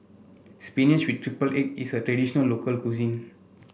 spinach with triple egg is a traditional local cuisine